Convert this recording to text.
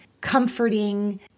comforting